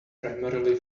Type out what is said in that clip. primarily